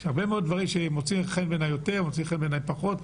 יש דברים שמוצאים חן בעיניי יותר ויש כאלה שפחות.